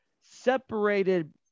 separated